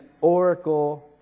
oracle